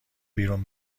بیرون